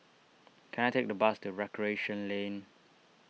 can I take a bus to Recreation Lane